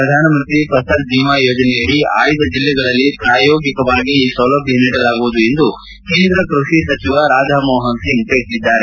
ಪ್ರಧಾನ ಮಂತ್ರಿ ಫಸಲ್ ಬಿಮಾ ಯೋಜನೆಯಡಿ ಆಯ್ದ ಜಿಲ್ಲೆಗಳಲ್ಲಿ ಪ್ರಾಯೋಗಿಕವಾಗಿ ಈ ಸೌಲಭ್ವ ನೀಡಲಾಗುವುದು ಎಂದು ಕೇಂದ್ರ ಕೃಷಿ ಸಚಿವ ರಾಧಾಮೋಹನ್ ಸಿಂಗ್ ಹೇಳಿದ್ದಾರೆ